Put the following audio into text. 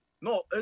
No